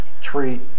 treat